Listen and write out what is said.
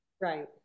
Right